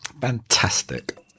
fantastic